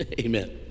amen